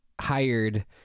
hired